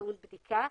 טעון בדיקה.